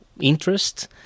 interest